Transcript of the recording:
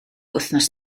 wythnos